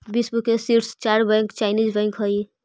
विश्व के शीर्ष चार बैंक चाइनीस बैंक हइ